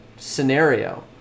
scenario